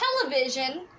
television